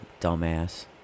Dumbass